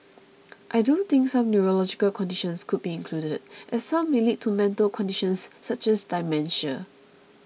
I do think some neurological conditions could be included as some may lead to mental conditions such as dementia